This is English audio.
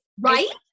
right